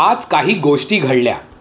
आज काही गोष्टी घडल्या